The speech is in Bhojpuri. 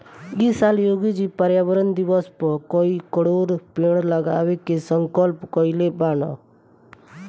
इ साल योगी जी पर्यावरण दिवस पअ कई करोड़ पेड़ लगावे के संकल्प कइले बानअ